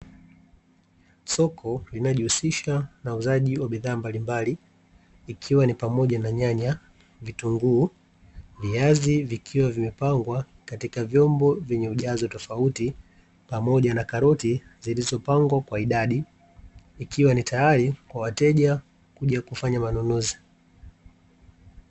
Soko linalojihusisha na uuzaji wa bidhaa mbalimbali, ikiwa ni pamoja na nyanya, vitunguu, viazi vikiwa vimepangwa katika vyombo vyenye ujazo tofauti pamoja na karoti zilizopangwa kwa idadi; ikiwa ni tayari kwa wateja kuja kufanya manunuzi.